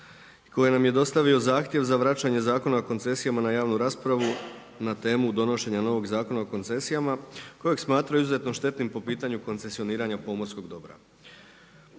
koji nam je dostavio zahtjev za vraćanje Zakona o koncesijama na javnu raspravu na temu donošenja novog Zakona o koncesijama kojeg smatraju izuzetno štetnim po pitanju koncesioniranja pomorskog dobra.